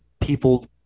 people